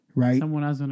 Right